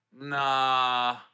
nah